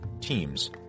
teams